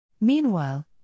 Meanwhile